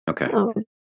Okay